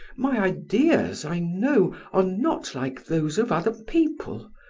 my ideas, i know, are not like those of other people,